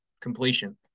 completion